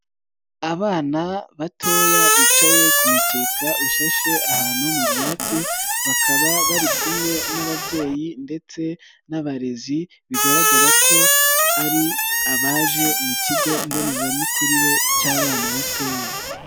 Abana batoya bicaye ku mukeka ushashe ahantu mu byatsi, bakaba bari kumwe n'ababyeyi ndetse n'abarezi bigaragara ko ari abaje mu kigo mbonezamikurire cy'abana batoya.